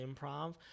improv